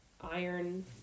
iron